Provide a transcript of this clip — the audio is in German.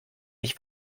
mich